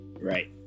Right